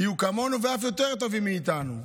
יהיו כמונו ואף יותר טובים מאיתנו.